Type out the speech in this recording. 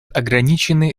ограничены